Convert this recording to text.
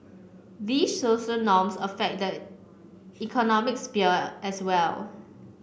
these social affect the economic sphere as well